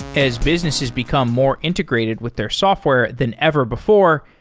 as business has become more integrated with their software than ever before,